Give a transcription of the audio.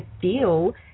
feel